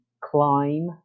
climb